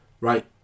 Right